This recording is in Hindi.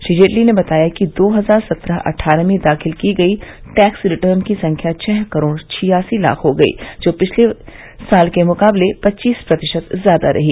श्री जेटली ने बताया कि दो हजार सत्रह अटठारह में दाखिल की गयी टैक्स रिटर्न की संख्या छह करोड़ छियासी लाख हो गयी जो पिछले साल के मुकाबले पच्चीस प्रतिशत ज्यादा रही